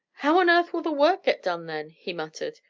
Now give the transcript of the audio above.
how on earth will the work get done, then? he muttered.